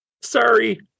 sorry